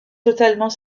totalement